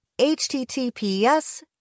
HTTPS